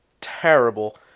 terrible